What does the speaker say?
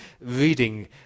reading